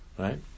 Right